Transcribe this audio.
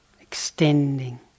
extending